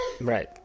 Right